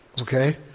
Okay